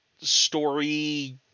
story